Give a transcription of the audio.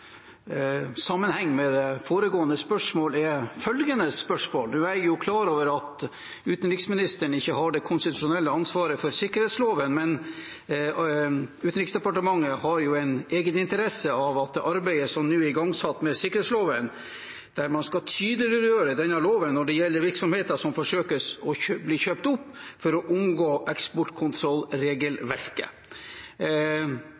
sammenheng med det foregående spørsmålet er følgende: Nå er jeg klar over at utenriksministeren ikke har det konstitusjonelle ansvaret for sikkerhetsloven, men Utenriksdepartementet har jo en egeninteresse i det arbeidet som nå er igangsatt med sikkerhetsloven, der man skal tydeliggjøre denne loven når det gjelder virksomheter som forsøkes kjøpt opp for å omgå